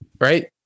right